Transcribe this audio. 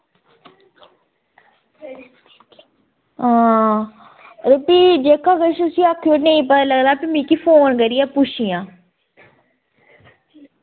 हां ते फ्ही जेह्का किश उसी आक्खेओ नेईं पता लगदा फ्ही मिकी फोन करियै पुच्छेआं